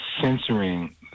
censoring